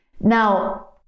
now